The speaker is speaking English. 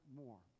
more